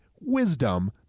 wisdom